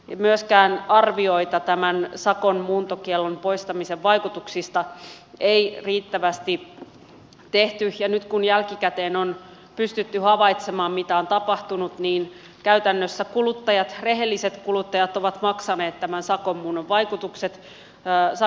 myöskään arvioita tämän sakon muuntokiellon poistamisen vaikutuksista ei riittävästi tehty ja nyt kun jälkikäteen on pystytty havaitsemaan mitä on tapahtunut niin käytännössä kuluttajat rehelliset kuluttajat ovat maksaneet tämän sakon muunnon vaikutukset sakon muunnon poiston